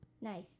Nice